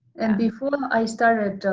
and before i started